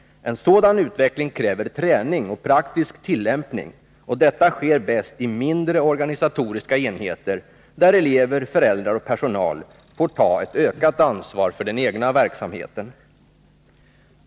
En sådan utveckling kräver träning och praktisk tillämpning, och detta sker bäst i mindre organisatoriska enheter, där elever, föräldrar och personal får ta ett ökat ansvar för den egna verksamheten.